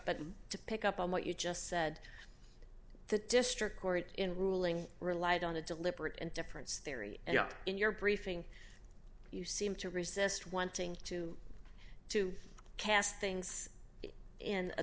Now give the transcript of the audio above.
that to pick up on what you just said the district court in ruling relied on a deliberate and difference there ie in your briefing you seem to resist wanting to to cast things in a